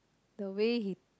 the way he